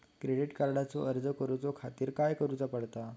Credit कार्डचो अर्ज करुच्या खातीर काय करूचा पडता?